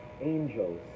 angels